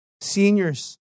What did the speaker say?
seniors